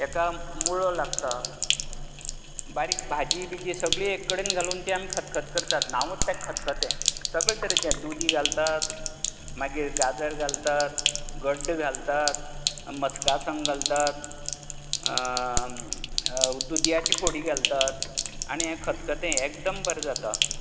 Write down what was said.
हेका मुळो लागता बारीक भाजी बिजी सगली एककडेन घालून तें आमी खतखतें करतात नांवूच तेका खतखतें सगले तरेचें दुदी घालतात मागीर गाजर घालतात गड्डो घालतात मस्का सांगो घालतात दुदयाचे फोडी घालतात आनी हें खतखतें एकदम बरें जाता